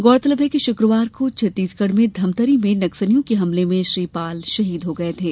गौरतलब है कि शुक्रवार को छत्तीसगढ में धमतरी में नक्सलियों के हमले में श्री पाल शहीद हो गये थे